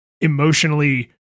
emotionally